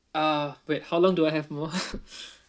uh wait how long do I have more